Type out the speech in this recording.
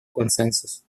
консенсус